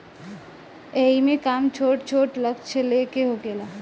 एईमे काम छोट छोट लक्ष्य ले के होखेला